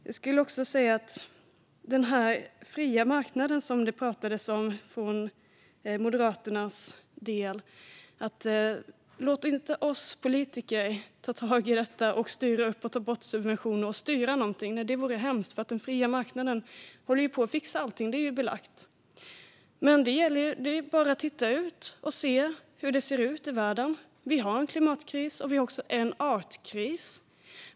Moderaterna har talat om den fria marknaden, att vi politiker inte ska ta tag i detta, styra upp eller styra bort subventioner. Det vore hemskt. Den fria marknaden håller på att fixa allting - det är ju belagt. Men det är bara att se på hur det ser ut i världen. Det är en klimatkris, och det är också en artkris.